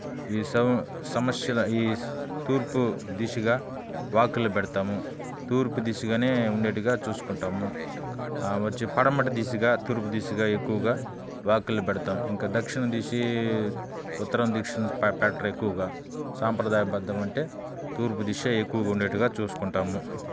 ఈ తూర్పు దిశగా వాకిలి పెడతాము తూర్పు దిశగానే ఉండే విధంగా చూసుకుంటాము ఆ వచ్చి పడమట దిశగా తూర్పు దిశగా ఎక్కువగా వాకిలి పెడతాము ఇంకా దక్షిణ దిశ ఉత్తరం దిశ పెట్టరు ఎక్కువగా సాంప్రదాయబద్దం అంటే తూర్పు దిశే ఎక్కువగా ఉండేటట్లుగా చూసుకుంటాము